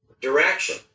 direction